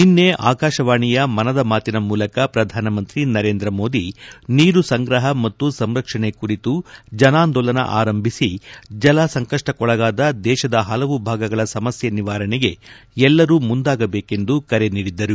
ನಿನ್ನೆ ಆಕಾಶವಾಣಿಯ ಮನದ ಮಾತಿನ ಮೂಲಕ ಪ್ರಧಾನಿ ನರೇಂದ್ರ ಮೋದಿ ನೀರು ಸಂಗ್ರಹ ಮತ್ತು ಸಂರಕ್ಷಣೆ ಕುರಿತು ಜನಾಂದೋಲನ ಆರಂಭಿಸಿ ಜಲ ಸಂಕಷ್ಟಕ್ಕೊಳಗಾದ ದೇಶದ ಹಲವು ಭಾಗಗಳ ಸಮಸ್ತೆ ನಿವಾರಣೆಗೆ ಎಲ್ಲರೂ ಮುಂದಾಗಬೇಕೆಂದು ಕರೆ ನೀಡಿದರು